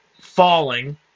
falling